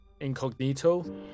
incognito